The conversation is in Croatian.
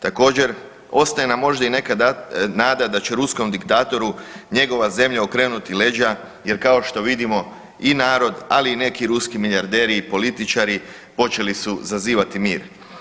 Također, ostaje nam možda i neka nada da će ruskom diktatoru njegova zemlja okrenuti leđa jer kao što vidimo i narod, ali i neki ruski milijarderi i političari počeli su zazivati mir.